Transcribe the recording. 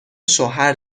شوهر